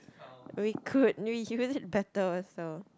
we could use use it better so